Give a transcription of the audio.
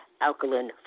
alkaline